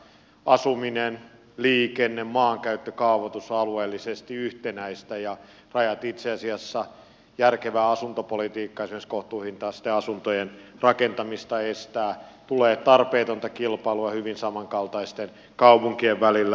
asuminen liikenne maankäyttö kaavoitus on alueellisesti yhtenäistä ja rajat itse asiassa estävät järkevää asuntopolitiikkaa esimerkiksi kohtuuhintaisten asuntojen rakentamista ja tulee tarpeetonta kilpailua hyvin samankaltaisten kaupunkien välillä